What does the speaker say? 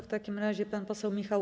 W takim razie pan poseł Michał